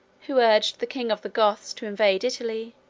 who urged the king of the goths to invade italy,